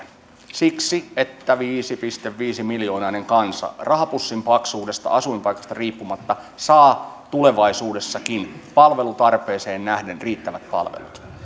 siksi että viisi pilkku viisi miljoonainen kansa rahapussin paksuudesta ja asuinpaikasta riippumatta saa tulevaisuudessakin palvelutarpeeseen nähden riittävät palvelut